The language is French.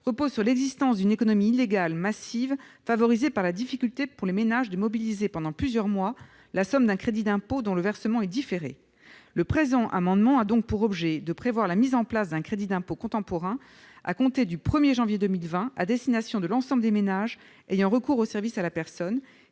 repose sur l'existence d'une économie illégale massive favorisée par la difficulté pour les ménages de mobiliser pendant plusieurs mois la somme d'un crédit d'impôt dont le versement est différé. Le présent amendement a donc pour objet de prévoir la mise en place d'un crédit d'impôt contemporain à compter du 1 janvier 2020, à destination de l'ensemble des ménages ayant recours aux services à la personne,